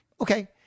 Okay